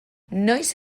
noiz